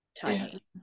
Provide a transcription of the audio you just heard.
tiny